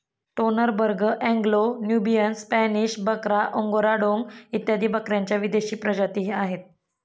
Toggenburg, Anglo Nubian, Spanish बकरा, Angora डोंग इत्यादी बकऱ्यांच्या विदेशी प्रजातीही आहेत